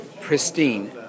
Pristine